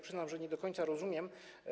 Przyznam, że nie do końca to rozumiem.